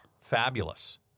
Fabulous